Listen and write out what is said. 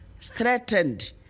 threatened